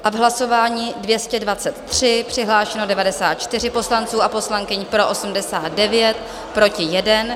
A v hlasování 223 přihlášeno 94 poslanců a poslankyň, pro 89, proti 1.